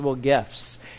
gifts